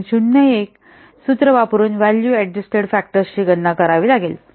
01 सूत्र वापरून value adjusted factors ची गणना करावी लागेल